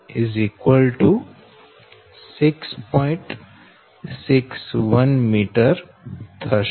61 m થશે